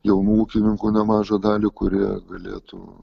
jaunų ūkininkų nemažą dalį kurie galėtų